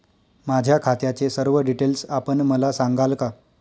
माझ्या खात्याचे सर्व डिटेल्स आपण मला सांगाल का?